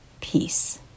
peace